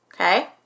Okay